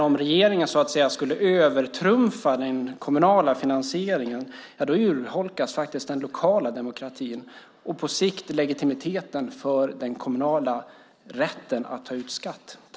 Om regeringen skulle övertrumfa den kommunala finansieringen urholkas den kommunala demokratin och på sikt legitimiteten i den kommunala rätten att ta ut skatt.